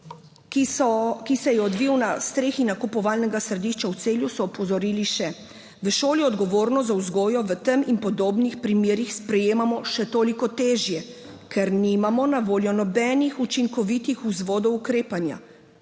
ki se je odvil na strehi nakupovalnega središča v Celju, so opozorili še: »V šoli odgovornost za vzgojo v tem in podobnih primerih sprejemamo še toliko težje, ker nimamo na voljo nobenih učinkovitih vzvodov ukrepanja.